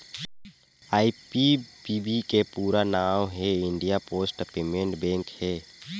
IPPB के पूरा नांव हे इंडिया पोस्ट पेमेंट बेंक हे